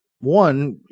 one